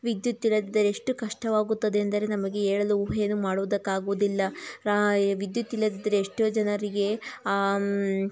ವಿದ್ಯುತ್ ಇರದಿದ್ದರೆ ಎಷ್ಟು ಕಷ್ಟವಾಗುತ್ತದೆ ಎಂದರೆ ನಮಗೆ ಹೇಳಲು ಊಹೆಯೂ ಮಾಡುವುದಕ್ಕಾಗುವುದಿಲ್ಲ ವಿದ್ಯುತ್ ಇಲ್ಲದಿದ್ದರೆ ಎಷ್ಟೋ ಜನರಿಗೆ